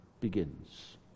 begins